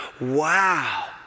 wow